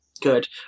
good